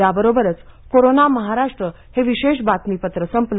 याबरोबरच कोरोना महाराष्ट्र हे विशेष बातमीपत्र संपलं